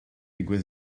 ddigwydd